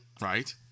Right